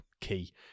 key